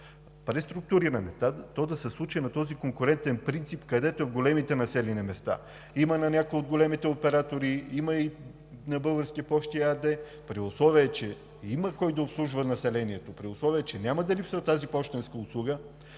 преструктуриране, то да се случи на този конкурентен принцип. В големите населени места има някои от големите оператори, има и „Български пощи“ АД и при условие че има кой да обслужва населението, при условие че няма да липсва тази пощенска услуга,